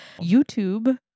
YouTube